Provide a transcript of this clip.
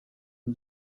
the